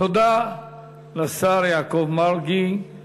תודה לשר יעקב מרגי.